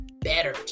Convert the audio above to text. better